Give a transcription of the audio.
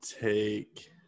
take